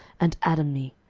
and adami,